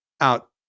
out